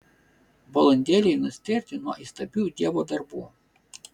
valandėlei nustėrti nuo įstabių dievo darbų